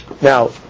Now